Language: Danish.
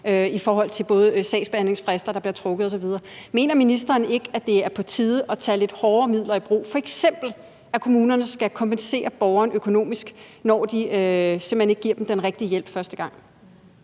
i forhold til sagsbehandlingsfrister, der bliver trukket osv. Mener ministeren ikke, at det er på tide at tage lidt hårdere midler i brug, f.eks. at kommunerne skal kompensere borgeren økonomisk, når de simpelt hen ikke giver dem den rigtige hjælp første gang?